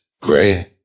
Gray